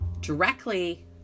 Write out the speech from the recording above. directly